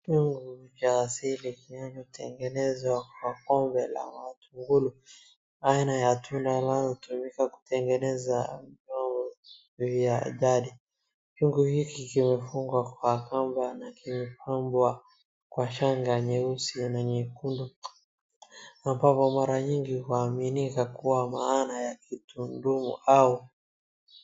Vyungu vya asili vinavyotengenezwa kwa tonge ya matingulu, aina ya tunda inayotumika vinyago vya jadi chungu hiki kimefungwa kwa kamba na kimepambwa kwa shanga nyeusi na nyekundu ambapo mara nyingi huaminika kwa maana ya kitamaduni au.